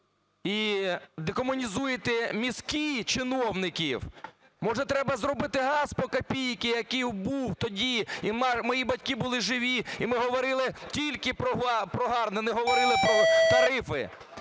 і декомунізуєте мізки чиновників? Може треба зробити газ по копійці, який був тоді, і мої батьки були живі, і ми говорили тільки про гарне, не говорили про тарифи?